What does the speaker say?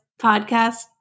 podcast